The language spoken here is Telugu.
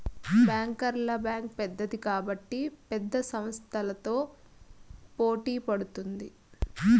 బ్యాంకర్ల బ్యాంక్ పెద్దది కాబట్టి పెద్ద సంస్థలతో పోటీ పడుతుంది